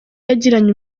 yagiranye